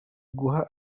guha